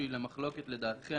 מה כתוב פה?